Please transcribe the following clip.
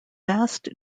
vast